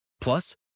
Plus